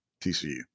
TCU